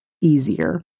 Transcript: easier